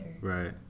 Right